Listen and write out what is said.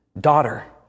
daughter